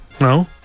No